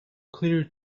clearly